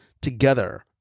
together